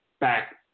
back